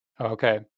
Okay